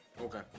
Okay